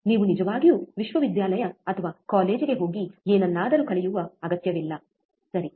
ನೀವು ನಿಜವಾಗಿಯೂ ವಿಶ್ವವಿದ್ಯಾಲಯ ಅಥವಾ ಕಾಲೇಜಿಗೆ ಹೋಗಿ ಏನನ್ನಾದರೂ ಕಲಿಯುವ ಅಗತ್ಯವಿಲ್ಲ ಸರಿ